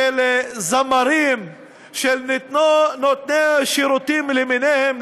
זמרים ונותני שירותים למיניהם,